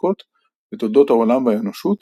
העוסקות בתולדות העולם והאנושות